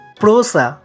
prosa